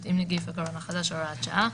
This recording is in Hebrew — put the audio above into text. עם נגיף הקורונה החדש (הוראת שעה),